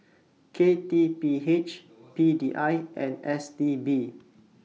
K T P H P D I and S T B